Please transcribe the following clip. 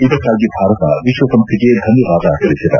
ಇದಕ್ಕಾಗಿ ಭಾರತ ವಿಶ್ವಸಂಸ್ಥೆಗೆ ಧನ್ಯವಾದ ತಿಳಿಸಿದೆ